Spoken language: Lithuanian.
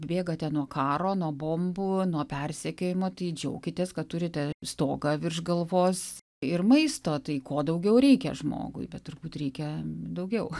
bėgate nuo karo nuo bombų nuo persekiojimo tai džiaukitės kad turite stogą virš galvos ir maisto tai ko daugiau reikia žmogui bet turbūt reikia daugiau